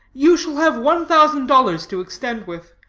you shall have one thousand dollars to extend with.